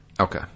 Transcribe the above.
Okay